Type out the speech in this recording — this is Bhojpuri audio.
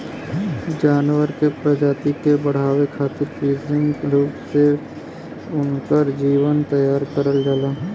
जानवर के प्रजाति के बढ़ावे खारित कृत्रिम रूप से उनकर जीन तैयार करल जाला